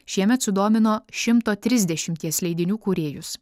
šiemet sudomino šimto trisdešimties leidinių kūrėjus